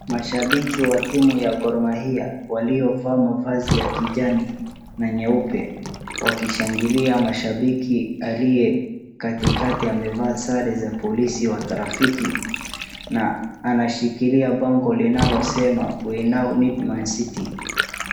Mashabiki wa timu ya Gor Mahia waliovaa mavazi ya kijani na nyeupe wakishangilia mashabiki aliyekatikati amevaa sare za polisi wa trafiki na anashikilia bango linalosema we now need mancity .